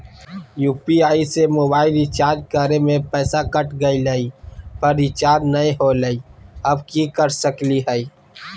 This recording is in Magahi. यू.पी.आई से मोबाईल रिचार्ज करे में पैसा कट गेलई, पर रिचार्ज नई होलई, अब की कर सकली हई?